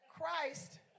Christ